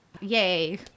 Yay